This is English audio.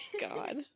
God